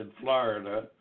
Florida